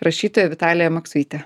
rašytoja vitalija maksvytė